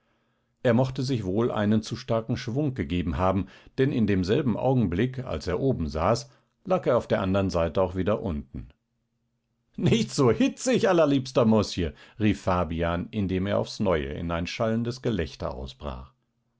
er mochte sich wohl einen zu starken schwung gegeben haben denn in demselben augenblick als er oben saß lag er auf der andern seite auch wieder unten nicht so hitzig allerliebster mosje rief fabian indem er aufs neue in ein schallendes gelächter ausbrach